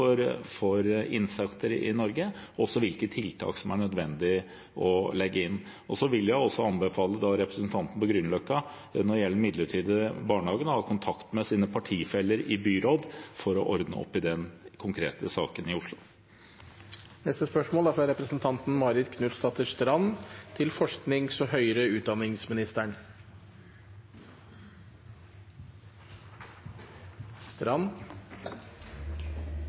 tilstanden for insektene i Norge og hvilke tiltak det er nødvendig å sette inn. Jeg vil også anbefale representanten på Grünerløkka, når det gjelder den midlertidige barnehagen, å ha kontakt med sine partifeller i byrådet i Oslo for å ordne opp i den konkrete saken. Spørsmålet lyder: «Gjennom media er vi kjent med at statsråden advarer norske studenter mot å søke på studier i